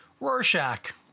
Rorschach